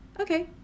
Okay